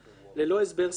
ללא הסבר סביר,